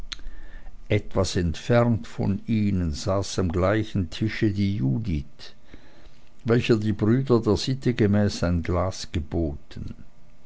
etwas entfernt von ihnen saß am gleichen tische die judith welcher die brüder der sitte gemäß ein glas geboten